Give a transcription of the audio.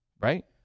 right